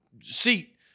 seat